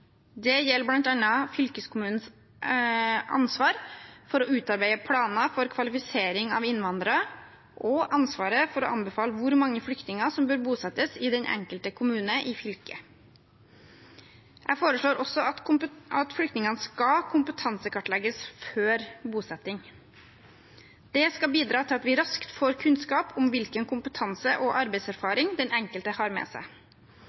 Det gjelder bl.a. fylkeskommunens ansvar for å utarbeide planer for kvalifisering av innvandrere og ansvaret for å anbefale hvor mange flyktninger som bør bosettes i den enkelte kommune i fylket. Jeg foreslår også at flyktningene skal kompetansekartlegges før bosetting. Det skal bidra til at vi raskt får kunnskap om hvilken kompetanse og arbeidserfaring den enkelte har med seg.